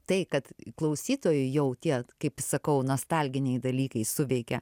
tai kad klausytojui jau tie kaip sakau nostalginiai dalykai suveikia